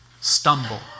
stumble